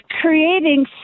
creating